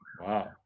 Wow